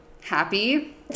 happy